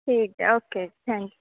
ਠੀਕ ਹੈ okay thank